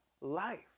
life